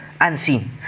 unseen